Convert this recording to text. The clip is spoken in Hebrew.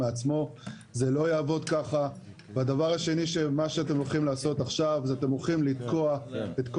ובזה הרגע אתם תקעתם את כל